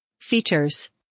features